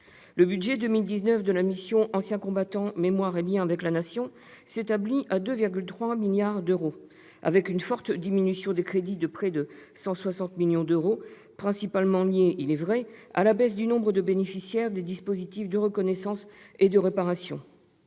Le budget pour 2019 de la mission « Anciens combattants, mémoire et liens avec la Nation » s'établit à 2,3 milliards d'euros. Ses crédits connaissent une forte diminution, de près de 160 millions d'euros, principalement liée, il est vrai, à la baisse du nombre des bénéficiaires des dispositifs de reconnaissance et de réparation.